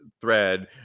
thread